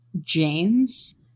James